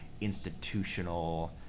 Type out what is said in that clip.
institutional